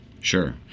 Sure